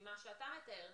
ממה שאתה מתאר,